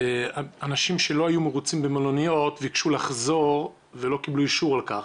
אנשים שלא היו מרוצים במלוניות וביקשו לחזור ולא קיבלו אישור על כך.